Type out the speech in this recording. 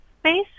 space